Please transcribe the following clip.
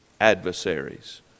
adversaries